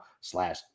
slash